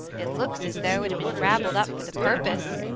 it looks as though it had been rabbled up for the purpose,